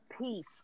peace